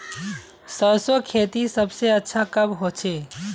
सरसों खेती सबसे अच्छा कब होचे?